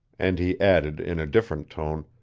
and he added, in a different tone,